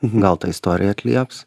gal tą istoriją atlieps